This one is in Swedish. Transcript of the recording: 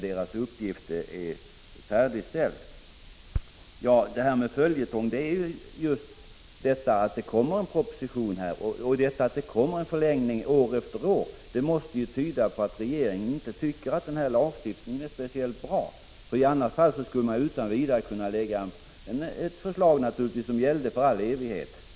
Det blir ju en följetong, eftersom det läggs fram en proposition. År efter år har det blivit en förlängning, vilket måste tyda på att regeringen inte tycker att lagen är speciellt bra. I annat fall skulle man naturligtvis kunna lägga fram ett förslag som gäller för all framtid.